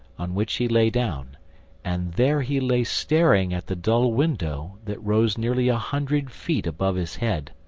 on which he lay down and there he lay staring at the dull window that rose nearly a hundred feet above his head.